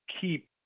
keep